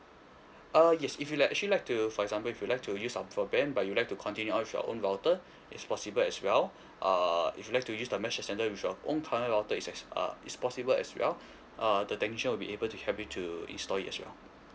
uh yes if you like actually like to for example if you like to use our broadband but you like to continue out with your own router it's possible as well uh if you'd like to use the mesh extender with your own current router is uh is possible as well uh the technician will be able to help you to install it as well